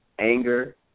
Anger